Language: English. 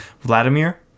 Vladimir